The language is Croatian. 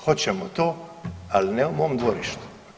Hoćemo to ali ne u mom dvorištu.